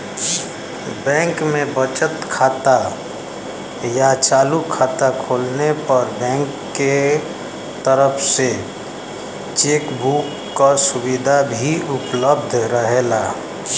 bank में बचत खाता या चालू खाता खोलले पर बैंक के तरफ से चेक बुक क सुविधा भी उपलब्ध रहेला